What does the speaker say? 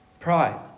Pride